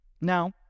Now